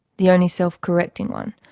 the only self-correcting one,